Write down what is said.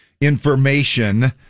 information